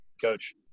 coach